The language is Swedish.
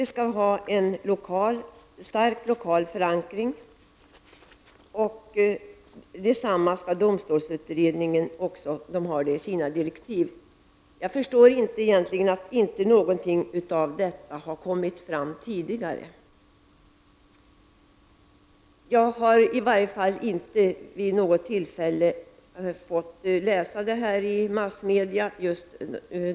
En utgångspunkt är att vi skall ha en lokal förankring inom vårt domstolsväsende, säger justitieministern, och framför allt skall det gälla tingsrätterna. Jag förstår inte varför detta inte har kommit fram tidigare. De synpunkter som justitieministern nu framför har jag inte vid något tillfälle kunnat ta del av i massmedia.